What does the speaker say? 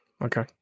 Okay